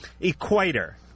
equator